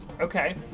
okay